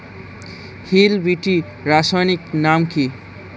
Hill BT রাসায়নিক নাম কি?